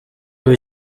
ubu